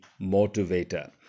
motivator